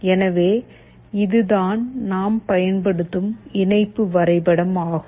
எனவே இது தான் நாம் பயன்படுத்தும் இணைப்பு வரைபடம் ஆகும்